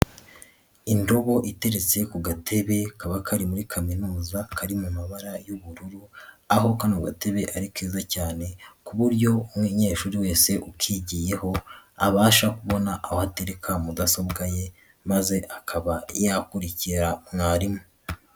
Indobo iteretse ku gatebe kaba kari muri kaminuza, kari mu mabara y'ubururu, aho kano gatebe ari keza cyane, ku buryo umunyeshuri wese ukigiyeho, abasha kubona aho atereka mudasobwa ye maze akaba yakurikira mwarimu.